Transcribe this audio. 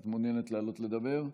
את מעוניינת לעלות לדבר?